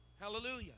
Hallelujah